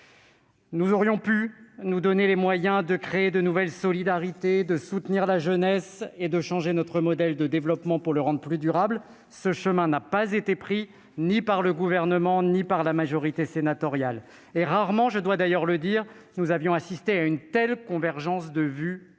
Nous aurions pu nous donner les moyens de créer de nouvelles solidarités, de soutenir la jeunesse et de changer notre modèle de développement pour le rendre plus durable, mais ce chemin n'a été emprunté ni par le Gouvernement ni par la majorité sénatoriale. Nous avions d'ailleurs rarement constaté une telle convergence de vues entre